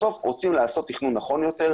בסוף רוצים לעשות תכנון נכון יותר.